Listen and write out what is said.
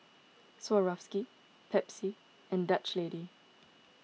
Swarovski Pepsi and Dutch Lady